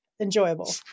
enjoyable